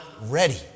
ready